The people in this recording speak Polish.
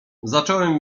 zacząłem